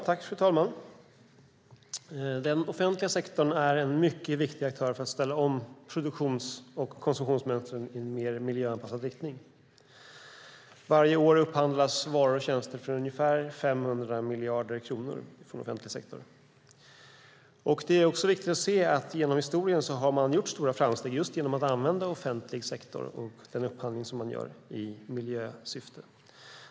Fru talman! Den offentliga sektorn är en mycket viktig aktör för att ställa om produktions och konsumtionsmönstren i en mer miljöanpassad riktning. Varje år upphandlas varor och tjänster för ungefär 500 miljarder kronor från offentlig sektor. Det är också viktigt att se att man genom historien har gjort stora framsteg just genom att använda offentlig sektor och den upphandling som man gör i miljösyfte.